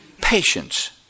Patience